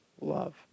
love